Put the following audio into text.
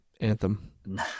Anthem